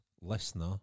Listener